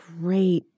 great